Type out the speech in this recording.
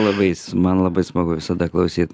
labai jis man labai smagu visada klausyt